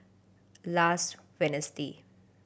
last Wednesday